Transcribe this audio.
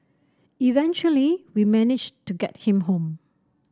eventually we managed to get him home